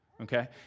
okay